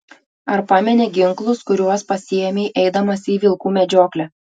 ar pameni ginklus kuriuos pasiėmei eidamas į vilkų medžioklę